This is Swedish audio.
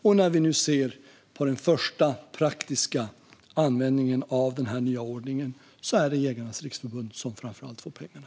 Och när vi nu ser på den första praktiska användningen av den nya ordningen ser vi att det framför allt är Jägarnas Riksförbund som får pengarna.